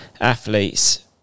athletes